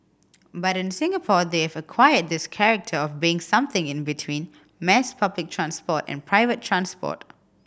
but in Singapore they've acquired this character of being something in between mass public transport and private transport